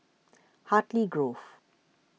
Hartley Grove